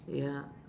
ya